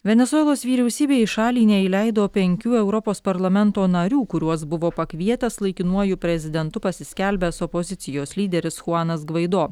venesuelos vyriausybė į šalį neįleido penkių europos parlamento narių kuriuos buvo pakvietęs laikinuoju prezidentu pasiskelbęs opozicijos lyderis chuanas gvaido